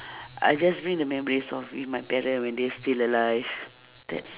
I just bring the memories of with my parent when they still alive that's